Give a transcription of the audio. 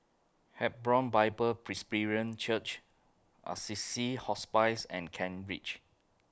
Hebron Bible Presbyterian Church Assisi Hospice and Kent Ridge